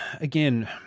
again